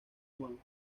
juan